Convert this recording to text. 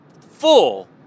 full